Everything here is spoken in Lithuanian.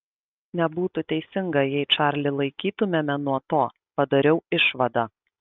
nebūtų teisinga jei čarlį laikytumėme nuo to padariau išvadą